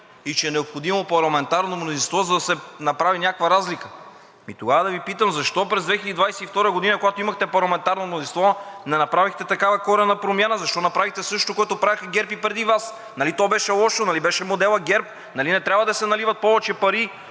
и че е необходимо парламентарно мнозинство, за да се направи някаква разлика. Тогава да Ви питам: защо през 2022 г., когато имахте парламентарно мнозинство, не направихте такава коренна промяна? Защо направихте същото, което правеха ГЕРБ и преди Вас?! Нали то беше лошо, нали беше „моделът ГЕРБ“, нали не трябва да се наливат повече пари